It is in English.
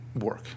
work